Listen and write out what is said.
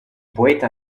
poeta